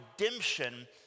redemption